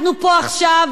אנחנו פה עכשיו,